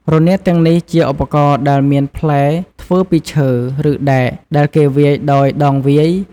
រនាតទាំងនេះជាឧបករណ៍ដែលមានផ្លែធ្វើពីឈើ ឬដែក ដែលគេវាយដោយដងវាយ។